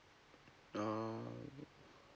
um